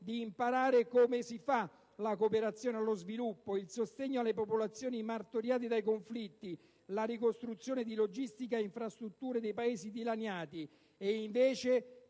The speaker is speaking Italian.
all'estero come si fa la cooperazione allo sviluppo, il sostegno alle popolazioni martoriate dai conflitti, la ricostruzione di logistiche e infrastrutture nei Paesi dilaniati. Al